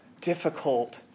difficult